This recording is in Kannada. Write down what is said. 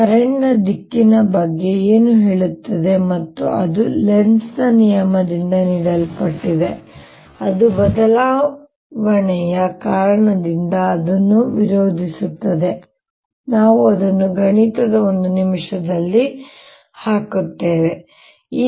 ಕರೆಂಟ್ನ ದಿಕ್ಕಿನ ಬಗ್ಗೆ ಏನು ಹೇಳುತ್ತದೆ ಮತ್ತು ಅದು ಲೆನ್ಜ್ ನ ನಿಯಮದಿಂದ ನೀಡಲ್ಪಟ್ಟಿದೆ ಅದು ಬದಲಾವಣೆಯ ಕಾರಣದಿಂದ ಅದು ವಿರೋಧಿಸುತ್ತದೆ ಮತ್ತು ನಾವು ಅದನ್ನು ಗಣಿತದ ಒಂದು ನಿಮಿಷದಲ್ಲಿ ಹಾಕುತ್ತೇವೆ ಎಂದು ಹೇಳುತ್ತದೆ